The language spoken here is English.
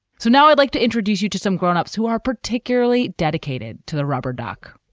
so now i'd like to introduce you to some grown-ups who are particularly dedicated to the rubber duck.